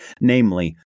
namely